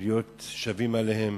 ולהיות שווים אליהם